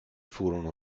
furono